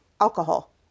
alcohol